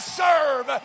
serve